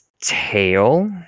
Tail